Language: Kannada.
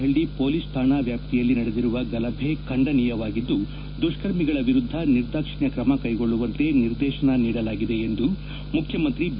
ಹಳ್ಳಿ ಪೊಲೀಸ್ ರಾಣಾ ವ್ಯಾಪ್ತಿಯಲ್ಲಿ ನಡೆದಿರುವ ಗಲಭೆ ಖಂಡನೀಯವಾಗಿದ್ದು ದುಷ್ಕರ್ಮಿಗಳ ವಿರುದ್ದ ನಿರ್ದಾಕ್ಷಿಣ್ಯ ಕ್ರಮ ಕೈಗೊಳ್ಳುವಂತೆ ನಿರ್ದೇಶನ ನೀಡಲಾಗಿದೆ ಎಂದು ಮುಖ್ಯಮಂತ್ರಿ ಬಿ